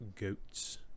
goats